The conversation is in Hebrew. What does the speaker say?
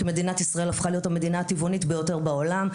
כי מדינת ישראל הפכה להיות המדינה הטבעונית ביותר בעולם,